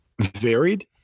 varied